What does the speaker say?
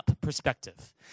perspective